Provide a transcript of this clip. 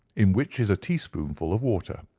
in which is a teaspoonful of water.